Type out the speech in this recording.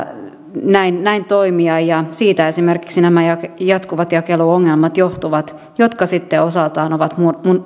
näin näin toimia siitä johtuvat esimerkiksi nämä jatkuvat jakeluongelmat jotka sitten osaltaan ovat